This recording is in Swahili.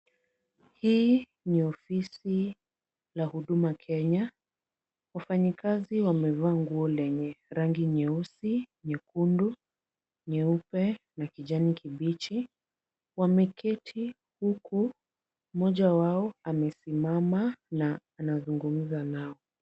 Hii ni ofisi la huduma Kenya. Wafanyi kazi wamevaa nguo lenye rangi nyeusi, nyekundu, nyeupe na kijani kibichi. Wameketi huku mmoja wao amesimama na anazungumza nao.